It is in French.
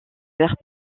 vert